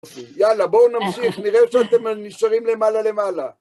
יאללה, בואו נמשיך, נראה שאתם נשארים למעלה למעלה.